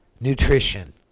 nutrition